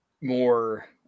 more